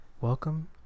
Welcome